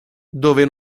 dove